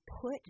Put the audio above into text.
put